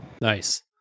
nice